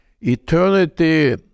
Eternity